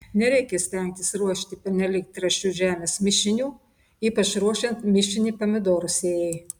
nereikia stengtis ruošti pernelyg trąšių žemės mišinių ypač ruošiant mišinį pomidorų sėjai